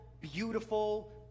beautiful